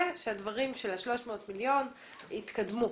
והדברים של ה-300 מיליון שקלים התקדמו.